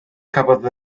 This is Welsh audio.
cafodd